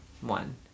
one